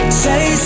say